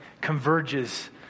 converges